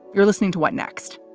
you're listening to what next?